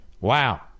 wow